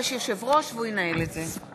יש יושב-ראש, והוא ינהל את זה.